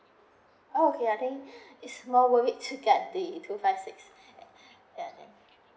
oh okay I think it's more worth it to get the two five six